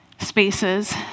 spaces